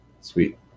sweet